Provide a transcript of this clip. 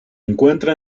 encuentra